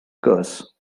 curse